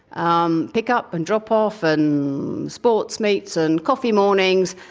um pick-up and drop-off, and sports meets and coffee mornings,